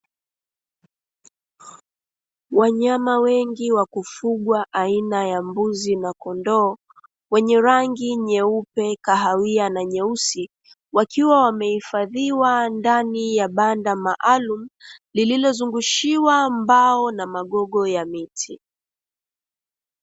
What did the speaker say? Wanyama wengi wakufugwa aina ya mbuzi na kondoo wenye rangi nyeupe, kahawia na nyeusi ,wakiwa wamehifadhiwa ndani ya banda maalumu lililozungushiwa mbao na magogo ya miti.